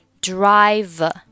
Drive